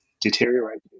deteriorating